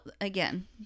again